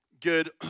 good